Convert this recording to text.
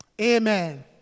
Amen